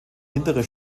hintere